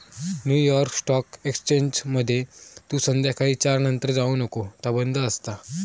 new York stock एक्सचेंजमध्ये तू संध्याकाळी चार नंतर जाऊ नको ता बंद असता